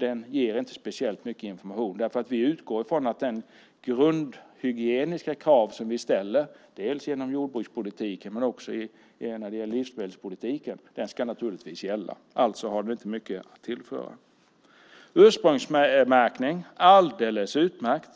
Det ger inte speciellt mycket information. Vi utgår från att de grundhygieniska krav som vi ställer genom jordbrukspolitiken och livsmedelspolitiken gäller. Alltså har det inte mycket att tillföra. Ursprungsmärkning är alldeles utmärkt.